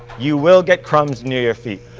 you will get crumbs near your feet.